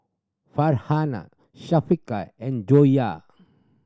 Farhanah Syafiqah and Joyah